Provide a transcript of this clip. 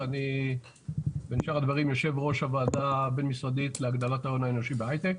אני יושב-ראש הוועדה הבין-משרדית להגדלת ההון האנושי בהיי-טק,